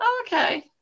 okay